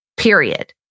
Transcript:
Period